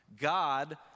God